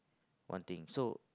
one thing so